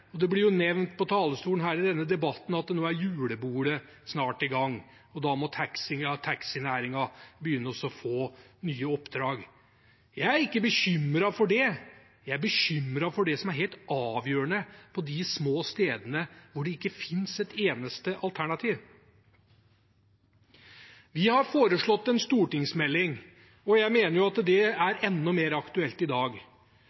det som heter «praiemarkedet» eller «holdeplassmarkedet». Det ble nevnt fra denne talerstolen at julebordet snart er i gang, og at da får taxinæringen nye oppdrag. Jeg er ikke bekymret for det. Jeg er bekymret for det som er helt avgjørende på de små stedene hvor det ikke finnes et eneste alternativ. Vi har foreslått en stortingsmelding – og jeg mener dette er enda mer aktuelt i dag